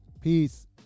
Peace